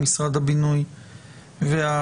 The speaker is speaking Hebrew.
ממשרד הבינוי והשיכון,